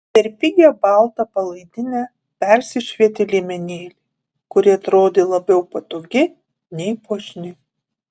per pigią baltą palaidinę persišvietė liemenėlė kuri atrodė labiau patogi nei puošni